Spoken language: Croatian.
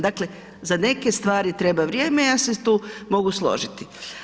Dakle, za neke stvari treba vrijeme, ja se tu mogu složiti.